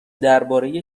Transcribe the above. درباره